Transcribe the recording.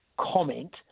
comment